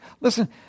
Listen